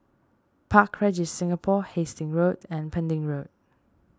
Park Regis Singapore Hastings Road and Pending Road